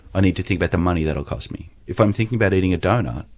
i need to think about the money that'll cost me. if i'm thinking about eating a doughnut,